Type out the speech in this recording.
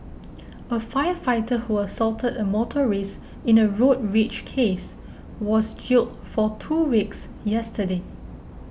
a firefighter who assaulted a motorist in a road rage case was jailed for two weeks yesterday